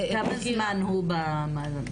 כמה זמן הוא בכלא?